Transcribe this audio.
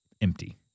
empty